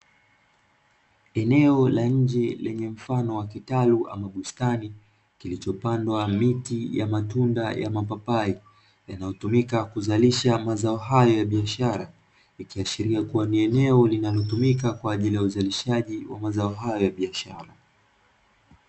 Eneo la nje lenye mfano wa kitalu ama bustani, kilichopandwa miti ya matunda ya mapapai, yanayotumika kuzalisha mazao hayo ya biashara, ikiashiria kuwa ni eneo linalotumika kwa ajili ya uzalishaji wa mazao hayo ya biashara.